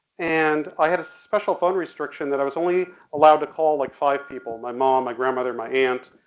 and i had a special phone restriction that i was only allowed to call like five people, my mom, my grandmother, my aunt,